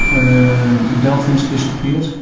and the dolphins disappeared,